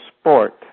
Sport